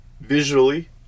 visually